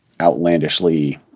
outlandishly